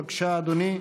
בבקשה, אדוני,